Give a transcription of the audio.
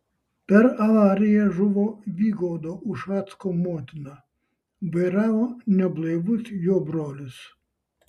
per avariją žuvo vygaudo ušacko motina vairavo neblaivus jo brolis